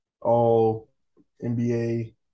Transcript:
all-NBA